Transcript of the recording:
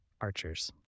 archers